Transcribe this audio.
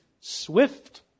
swift